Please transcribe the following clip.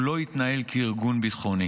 הוא לא התנהל כארגון ביטחוני.